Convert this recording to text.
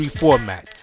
format